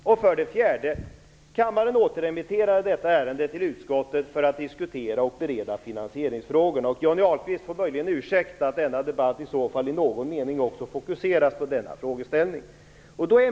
För det fjärde: Kammaren återremitterade detta ärende till utskottet för att diskutera och bereda finansieringsfrågorna. Johnny Ahlqvist får möjligen ursäkta att denna debatt i så fall i någon mening också fokuseras på denna frågeställning.